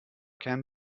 can